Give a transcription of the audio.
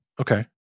Okay